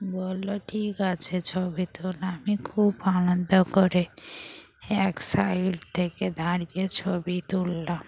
বলল ঠিক আছে ছবি তোল আমি খুব আনন্দ করে এক সাইড থেকে দাঁড়িয়ে ছবি তুললাম